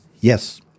Yes